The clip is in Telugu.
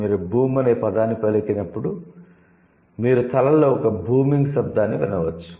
మీరు 'బూమ్' అనే పదాన్ని పలికినప్పుడు మీరు తలలో ఒక 'బూమింగ్' శబ్దాన్ని వినవచ్చు